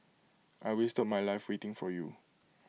I wasted my life waiting for you